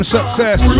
Success